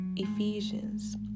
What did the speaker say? Ephesians